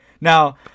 now